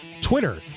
Twitter